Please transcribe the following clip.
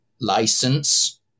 license